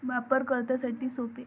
वापरकर्त्यासाठी सोपे